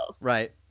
Right